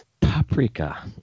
Paprika